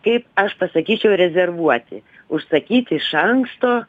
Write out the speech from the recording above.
kaip aš pasakyčiau rezervuoti užsakyti iš anksto